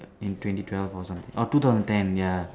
in twenty twelve or something orh two thousand ten ya